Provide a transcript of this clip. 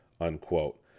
Unquote